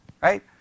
Right